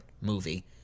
movie